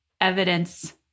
evidence